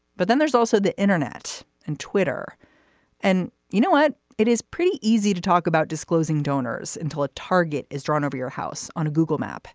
but then there's also the internet and twitter and you know what. it is pretty easy to talk about disclosing donors until a target is drawn over your house on a google map